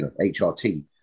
hrt